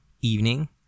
evening